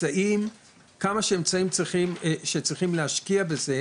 כמה אמצעים שצריכים להשקיע בזה,